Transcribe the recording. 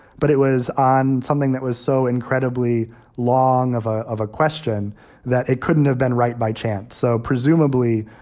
but it was on something that was so incredibly long of ah of a question that it couldn't have been right by chance. so presumably,